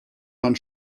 man